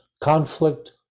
conflict